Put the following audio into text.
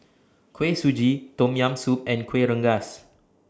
Kuih Suji Tom Yam Soup and Kuih Rengas